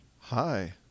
hi